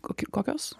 koki kokios